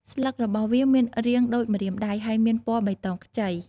ស្លឹករបស់វាមានរាងដូចម្រាមដៃ ហើយមានពណ៌បៃតងខ្ចី។